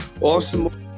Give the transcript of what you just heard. Awesome